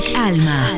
Alma